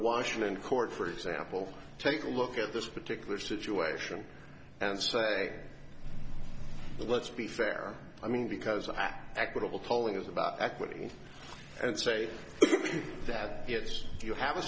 washington court for example take a look at this particular situation and say let's be fair i mean because i equitable polling is about equity and say that yes you have a